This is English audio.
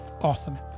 Awesome